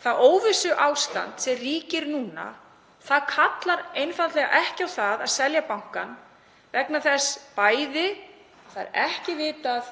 Það óvissuástand sem ríkir núna kallar einfaldlega ekki á það að selja bankann vegna þess að bæði er ekki vitað